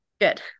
Good